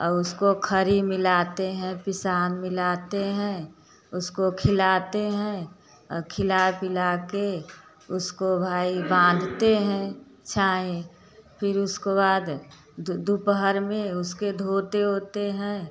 और उसको खरी मिलाते हैं पिसान मिलाते हैं उसको खिलाते हैं खिला पिला के उसको भाई बांधते हैं छांय फिर उसके बाद दोपहर में उसके धोते ओते हैं